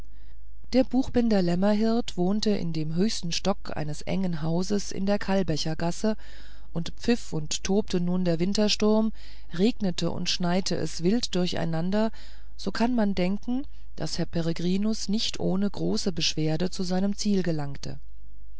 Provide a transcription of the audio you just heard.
der buchbinder lämmerhirt wohnte in dem höchsten stock eines engen hauses in der kalbächer gasse und pfiff und tobte nun der wintersturm regnete und schneite es wild durcheinander so kann man denken daß herr peregrinus nicht ohne große beschwerde zu seinem ziel gelangte